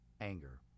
anger